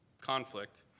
conflict